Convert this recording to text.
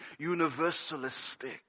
universalistic